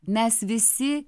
mes visi